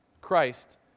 Christ